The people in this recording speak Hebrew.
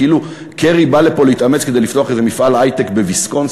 כאילו קרי בא לפה להתאמץ כדי לפתוח איזה מפעל היי-טק בוויסקונסין,